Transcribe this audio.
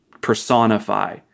personify